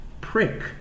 prick